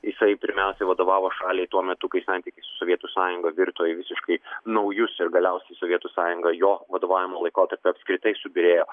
jisai pirmiausia vadovavo šaliai tuo metu kai santykiai su sovietų sąjunga virto į visiškai naujus ir galiausiai sovietų sąjunga jo vadovavimo laikotarpiu apskritai subyrėjo